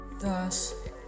Thus